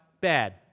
bad